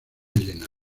llena